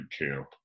camp